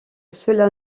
cela